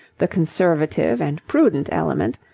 the conservative and prudent element,